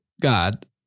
God